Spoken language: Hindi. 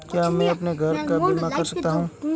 क्या मैं अपने घर का बीमा करा सकता हूँ?